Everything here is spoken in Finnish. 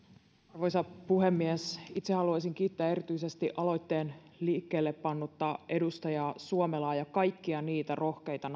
arvoisa puhemies itse haluaisin kiittää erityisesti aloitteen liikkeelle pannutta edustaja suomelaa ja kaikkia niitä rohkeita